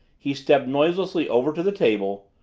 he stepped noiselessly over to the table,